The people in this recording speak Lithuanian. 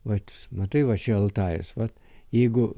vat matai va čia altajus vat jeigu